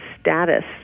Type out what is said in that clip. status